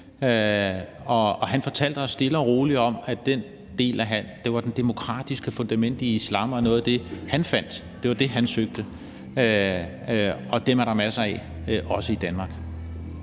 og han fortalte os stille og roligt om, at det demokratiske fundament i islam var noget af det, han fandt. Der var det, han søgte, og dem er der jo masser af, også i Danmark.